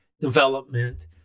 development